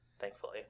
thankfully